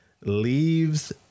leaves